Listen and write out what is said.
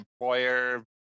employer